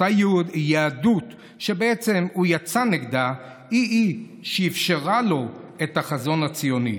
אותה יהדות שבעצם הוא יצא נגדה היא-היא שאפשרה לו את החזון הציוני.